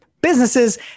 Businesses